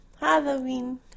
Halloween